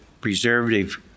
preservative